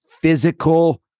physical